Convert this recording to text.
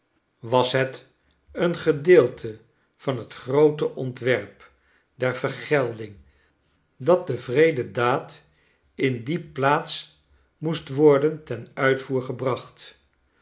was het een gedeelte van het groote ontwerp der vergelding dat de wreede daad in die plaats moest worden ten uitvoer gebracht